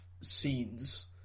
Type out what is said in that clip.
scenes